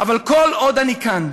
אבל כל עוד אני כאן,